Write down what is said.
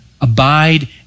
abide